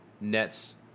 nets